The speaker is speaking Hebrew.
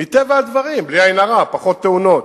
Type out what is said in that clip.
מטבע הדברים, בלי עין הרע, פחות תאונות.